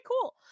cool